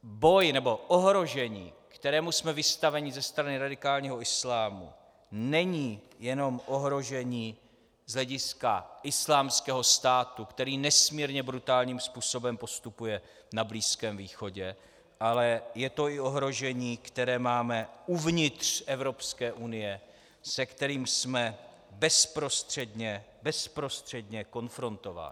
Boj, nebo ohrožení, kterému jsme vystaveni ze strany radikálního islámu, není jenom ohrožení z hlediska Islámského státu, který nesmírně brutálním způsobem postupuje na Blízkém východě, ale je to i ohrožení, které máme uvnitř Evropské unie, s kterým jsme bezprostředně bezprostředně! konfrontováni.